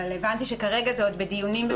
הבנתי שכרגע זה עוד בדיונים.